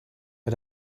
but